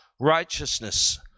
righteousness